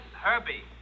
Herbie